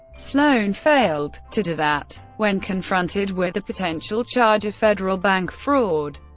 sloan failed to do that when confronted with the potential charge of federal bank fraud,